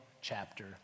chapter